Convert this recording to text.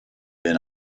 been